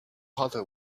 hotter